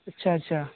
اچھا اچھا